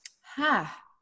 Ha